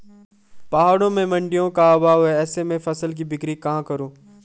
पहाड़ों में मडिंयों का अभाव है ऐसे में फसल की बिक्री कहाँ करूँ?